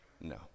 No